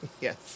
Yes